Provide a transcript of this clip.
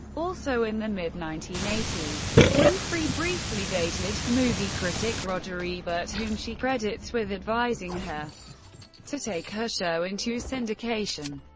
also, in the mid nineteen eighty s, winfrey briefly dated movie critic roger ebert, whom she credits with advising her to take her show into syndication.